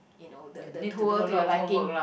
you know the the tour to your liking